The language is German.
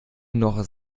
noch